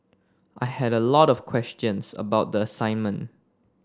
I had a lot of questions about the assignment